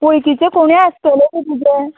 वळखीचे कोणूय आसतले न्ही तुजे